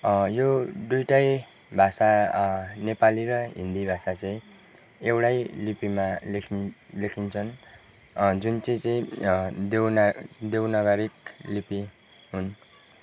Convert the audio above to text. यो दुइटै भाषा नेपाली र हिन्दी भाषा चाहिँ एउटै लिपिमा लेखिन् लेखिन्छन् जुन चाहिँ चाहिँ देवना देवनागरी लिपि हुन्